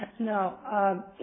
No